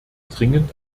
dringend